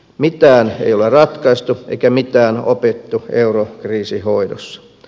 mitään ei ole ratkaistu eikä mitään opittu eurokriisin hoidossa